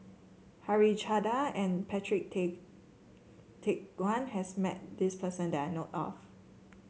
Harichandra and Patrick Tay Teck Guan has met this person that I know of